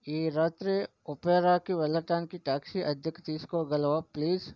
ఈ రాత్రి ఒపెరాకి వెళ్ళటానికి ట్యాక్సీ అద్దెకు తీసుకోగలవా ప్లీజ్